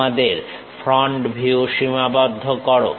তোমাদের front view সীমাবদ্ধ করো